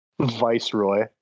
Viceroy